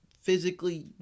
physically